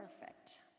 Perfect